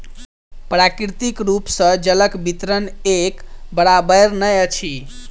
प्राकृतिक रूप सॅ जलक वितरण एक बराबैर नै अछि